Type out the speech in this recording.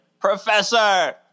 Professor